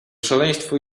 szaleństwo